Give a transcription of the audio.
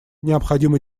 необходимо